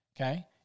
Okay